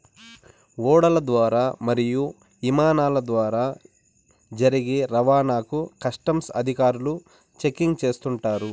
ఓడల ద్వారా మరియు ఇమానాల ద్వారా జరిగే రవాణాను కస్టమ్స్ అధికారులు చెకింగ్ చేస్తుంటారు